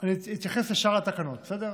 אני אתייחס לשאר התקנות, בסדר?